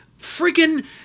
freaking